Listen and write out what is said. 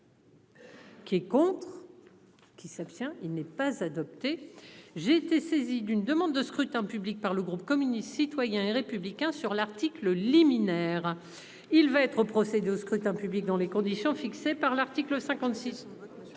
Qui est contre. Qui s'abstient. Il n'est pas adopté. J'ai été saisi d'une demande de scrutin public par le groupe communiste citoyen et républicain sur l'article liminaire. Il va être procédé au scrutin public dans les conditions fixées par l'article 56.